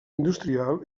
industrial